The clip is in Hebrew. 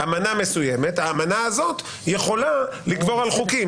אמנה מסוימת האמנה הזאת יכולה לגבור על חוקים.